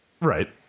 Right